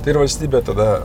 tai ir valstybė tada